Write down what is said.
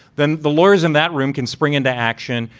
then the lawyers in that room can spring into action,